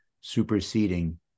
superseding